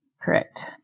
correct